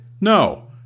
No